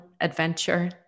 adventure